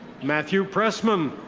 matthew pressman.